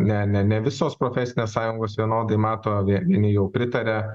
ne ne ne visos profesinės sąjungos vienodai mato vieni jau pritaria